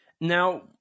now